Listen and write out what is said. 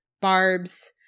Barb's